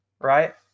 right